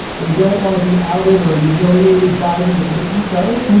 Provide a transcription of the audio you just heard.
they don't want to be outed or humiliated by the admittance of it.